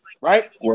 right